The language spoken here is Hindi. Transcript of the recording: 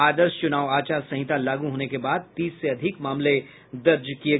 आदर्श चुनाव आचार संहिता लागू होने के बाद तीस से अधिक मामले दर्ज किये गये हैं